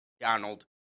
Donald